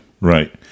right